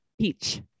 Peach